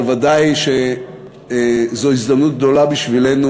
אבל ודאי שזאת הזדמנות גדולה בשבילנו